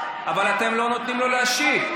אבל אתם לא נותנים לו להשיב.